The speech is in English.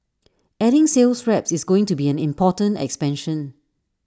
adding sales reps is going to be an important expansion